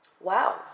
Wow